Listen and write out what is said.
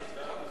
לא